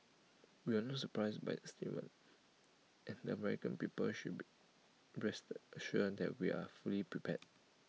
we are not surprised by statement and the American people should be rest assured that we are fully prepared